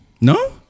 no